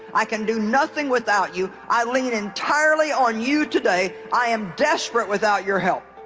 i can do nothing without you. i lean entirely on you today i am desperate without your help